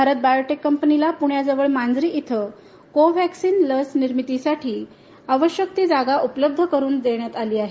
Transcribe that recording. Bharat biotech कंपनीला पुण्याजवळ मांजरी इथं कोव्हॅक्सिन लस निर्मितीसाठी आवश्यक ती जागा उपलब्ध करून देण्यात आली आहे